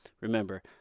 remember